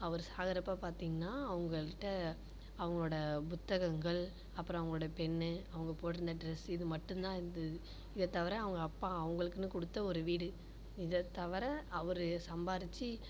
அவர் சாகிறப்ப பார்த்திங்ன்னா அவங்கள்ட்ட அவங்களோட புத்தகங்கள் அப்புறம் அவங்களோட பென்னு அவங்க போட்டிருந்த டிரஸ்சு இது மட்டும் தான் இருந்தது இதை தவிர அவங்க அப்பா அவங்களுக்குனு கொடுத்த ஒரு வீடு இதை தவிர அவர் சம்பாரிச்சு